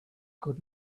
good